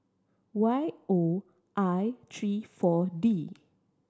Y O I three Four D